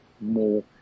more